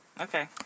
Okay